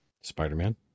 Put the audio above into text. spider-man